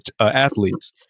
athletes